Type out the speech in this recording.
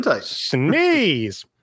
Sneeze